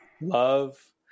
love